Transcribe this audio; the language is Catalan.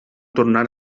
tornar